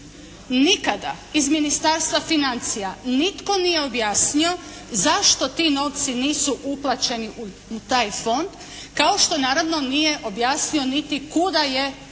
Nikada iz Ministarstva financija nitko nije objasnio zašto ti novci nisu uplaćeni u taj fond kao što naravno nije objasnio niti kuda je i